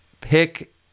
pick